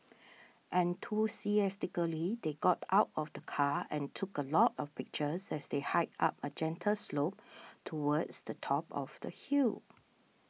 enthusiastically they got out of the car and took a lot of pictures as they hiked up a gentle slope towards the top of the hill